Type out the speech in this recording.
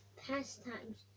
pastimes